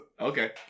Okay